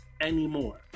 anymore